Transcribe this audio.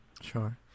Sure